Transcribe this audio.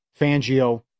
Fangio